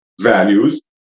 values